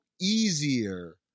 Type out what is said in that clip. easier